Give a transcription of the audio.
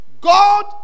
God